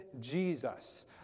Jesus